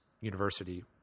University